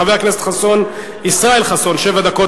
חבר הכנסת חסון, ישראל חסון, שבע דקות.